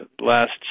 last